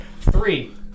Three